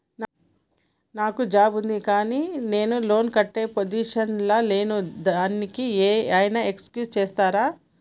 నాకు జాబ్ ఉంది కానీ నేను లోన్ కట్టే పొజిషన్ లా లేను దానికి ఏం ఐనా ఎక్స్క్యూజ్ చేస్తరా?